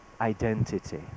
identity